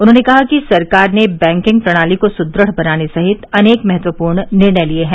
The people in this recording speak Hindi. उन्होंने कहा कि सरकार ने बैंकिंग प्रणाली को सुदृढ़ बनाने सहित अनेक महत्वपूर्ण निर्णय लिए हैं